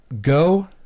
go